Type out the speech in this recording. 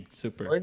super